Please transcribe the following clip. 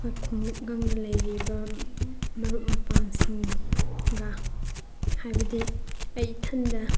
ꯑꯩꯈꯣꯏ ꯈꯨꯡꯒꯪꯗ ꯂꯩꯔꯤꯕ ꯃꯔꯨꯞ ꯃꯄꯥꯡꯁꯤꯡꯒ ꯍꯥꯏꯕꯗꯤ ꯑꯩ ꯏꯊꯟꯇ